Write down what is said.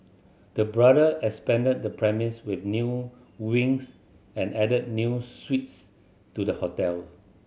the brother expanded the premise with new wings and added new suites to the hotel